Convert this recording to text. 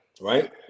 right